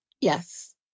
Yes